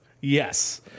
Yes